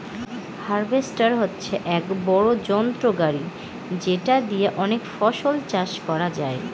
harvester হচ্ছে এক বড়ো যন্ত্র গাড়ি যেটা দিয়ে অনেক ফসল চাষ করা যায়